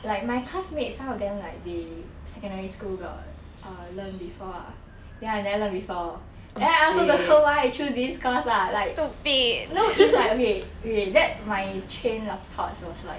like my classmate some of them like they secondary school got err learn before ah then I never learn before then I also don't know why I choose this course ah like no it's like okay okay that might change of thoughts was like